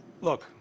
look